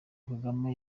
kagame